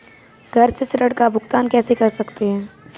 घर से ऋण का भुगतान कैसे कर सकते हैं?